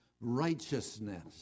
righteousness